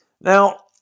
Now